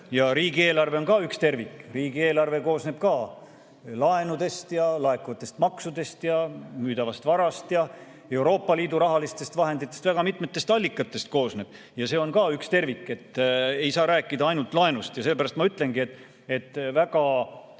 Ja riigieelarve on ka üks tervik, riigieelarve koosneb ka laenudest ja laekuvatest maksudest ja müüdavast varast ja Euroopa Liidu rahalistest vahenditest – väga mitmetest allikatest koosneb ja see on ka üks tervik. Ei saa rääkida ainult laenust ja seepärast ma ütlengi, et lihtsalt